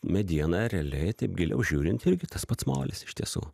mediena realiai taip giliau žiūrint irgi tas pats molis iš tiesų